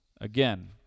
again